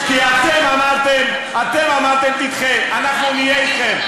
כי אתם אמרתם: אנחנו נהיה אתכם.